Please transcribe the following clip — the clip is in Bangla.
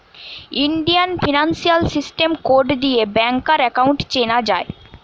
ইন্ডিয়ান ফিনান্সিয়াল সিস্টেম কোড দিয়ে ব্যাংকার একাউন্ট চেনা যায়